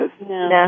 No